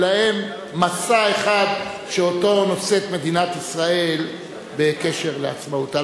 אלא הם משא אחד שאותו נושאת מדינת ישראל בקשר לעצמאותה.